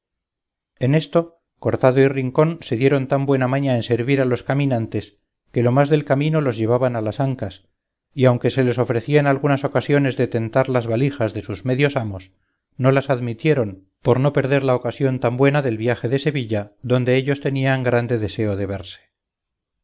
en esto cortado y rincón se dieron tan buena maña en servir a los caminantes que lo más del camino los llevaban a las ancas y aunque se les ofrecían algunas ocasiones de tentar las valijas de sus medios amos no las admitieron por no perder la ocasión tan buena del viaje de sevilla donde ellos tenían grande deseo de verse